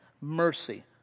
mercy